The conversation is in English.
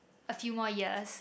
a few more years